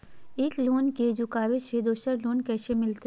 एक लोन के चुकाबे ले दोसर लोन कैसे मिलते?